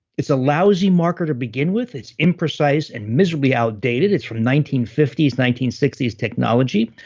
it's a lousy marker to begin with, it's imprecise and miserably outdated, it's from nineteen fifty s nineteen sixty s technology.